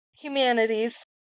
Humanities